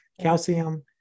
calcium